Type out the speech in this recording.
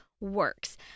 works